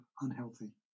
unhealthy